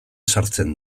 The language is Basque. sartzen